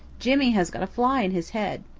jimmy has got a fly in his head.